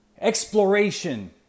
exploration